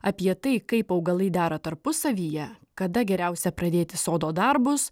apie tai kaip augalai dera tarpusavyje kada geriausia pradėti sodo darbus